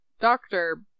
doctor